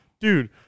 Dude